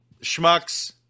schmucks